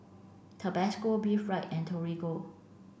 Tabasco Be and Torigo